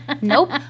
Nope